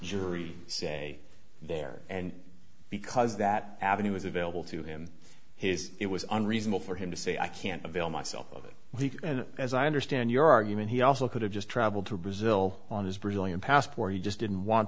jury say there and because that avenue was available to him his it was unreasonable for him to say i can't avail myself of that week and as i understand your argument he also could have just traveled to brazil on his brazilian past where he just didn't want